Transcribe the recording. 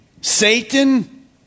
Satan